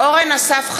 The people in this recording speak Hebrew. אורן אסף חזן,